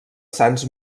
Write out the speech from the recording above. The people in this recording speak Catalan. sants